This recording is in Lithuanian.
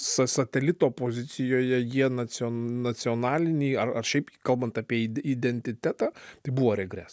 sa satelito pozicijoje jie nacio nacionaliniai ar ar šiaip kalbant apie id identitetą tai buvo regres